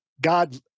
God